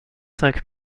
cinq